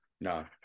No